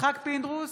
יצחק פינדרוס,